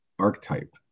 Archetype